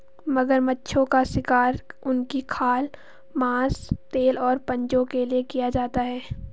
मगरमच्छों का शिकार उनकी खाल, मांस, तेल और पंजों के लिए किया जाता है